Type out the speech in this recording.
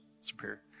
superior